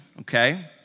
okay